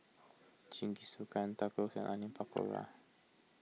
Jingisukan Tacos and Onion Pakora